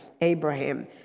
Abraham